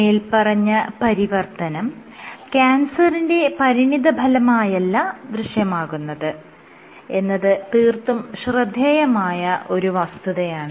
മേല്പറഞ്ഞ പരിവർത്തനം ക്യാൻസറിന്റെ പരിണിതഫലമായല്ല ദൃശ്യമാകുന്നത് എന്നത് തീർത്തും ശ്രദ്ധേയമായ ഒരു വസ്തുതയാണ്